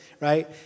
right